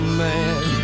man